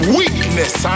weakness